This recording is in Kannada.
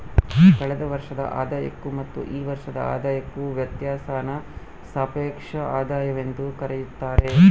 ಕಳೆದ ವರ್ಷದ ಆದಾಯಕ್ಕೂ ಮತ್ತು ಈ ವರ್ಷದ ಆದಾಯಕ್ಕೂ ವ್ಯತ್ಯಾಸಾನ ಸಾಪೇಕ್ಷ ಆದಾಯವೆಂದು ಕರೆಯುತ್ತಾರೆ